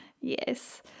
Yes